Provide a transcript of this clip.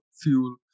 fuel